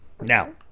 Now